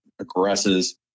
aggresses